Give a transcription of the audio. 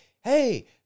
hey